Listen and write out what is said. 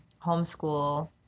Homeschool